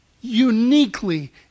uniquely